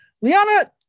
Liana